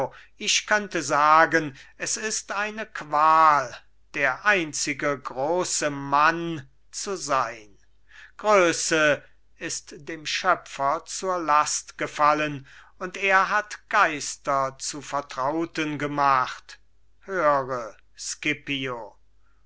ich könnte sagen es ist eine qual der einzige große mann zu sein größe ist dem schöpfer zur last gefallen und er hat geister zu vertrauten gemacht höre scipio